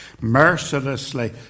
mercilessly